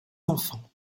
enfants